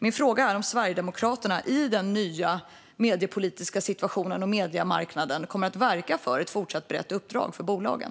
Min fråga är om Sverigedemokraterna i den nya mediepolitiska situationen och mediemarknaden kommer att verka för ett fortsatt brett uppdrag för bolagen.